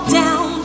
down